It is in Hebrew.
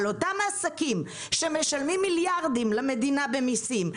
על אותם העסקים שמשלמים מיליארדים למדינה במיסים,